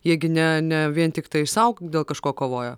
jie gi ne ne vien tiktai sau dėl kažko kovoja